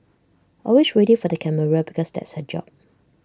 always ready for the camera because that's her job